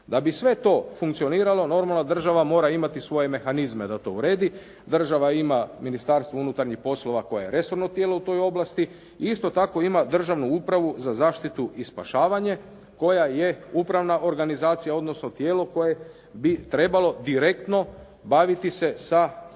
Da bi sve to funkcioniralo normalno država mora imati svoje mehanizme da to uredi, država ima Ministarstvo unutarnjih poslova koje je resorno tijelo u toj oblasti, i isto tako ima državnu upravu za zaštitu i spašavanje koja je upravna organizacija, odnosno tijelo koje bi trebalo direktno baviti se sa